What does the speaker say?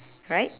right